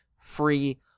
free